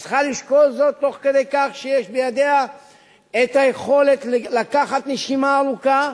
היא צריכה לשקול זאת תוך כדי כך שיש בידיה היכולת לקחת נשימה ארוכה,